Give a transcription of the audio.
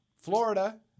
Florida